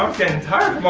getting tired